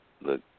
look